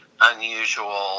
unusual